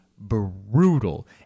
brutal